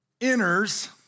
enters